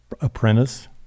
apprentice